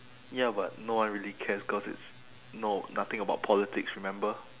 ya but no one really cares cause it's no nothing about politics remember